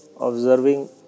observing